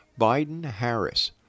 Biden-Harris